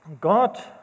God